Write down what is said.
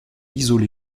isolé